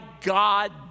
God